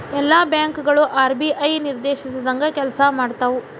ಎಲ್ಲಾ ಬ್ಯಾಂಕ್ ಗಳು ಆರ್.ಬಿ.ಐ ನಿರ್ದೇಶಿಸಿದಂಗ್ ಕೆಲ್ಸಾಮಾಡ್ತಾವು